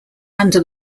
under